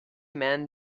man